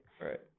Right